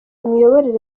miyoborere